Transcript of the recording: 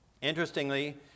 Interestingly